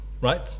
right